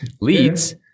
leads